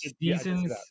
seasons